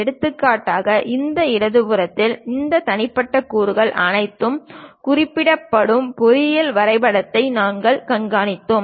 எடுத்துக்காட்டாக இந்த இடது புறத்தில் இந்த தனிப்பட்ட கூறுகள் அனைத்தும் குறிப்பிடப்படும் பொறியியல் வரைபடத்தை நாங்கள் காண்பிக்கிறோம்